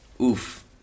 Oof